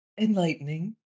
Enlightening